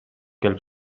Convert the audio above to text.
келип